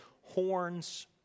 horns